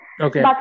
Okay